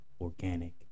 Organic